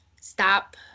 Stop